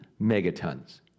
megatons